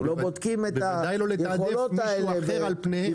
לא בודקים את היכולות האלה במבחן פסיכומטרי